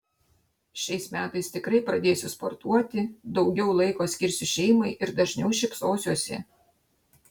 šiais metais tikrai pradėsiu sportuoti daugiau laiko skirsiu šeimai ir dažniau šypsosiuosi